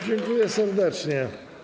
Dziękuję serdecznie.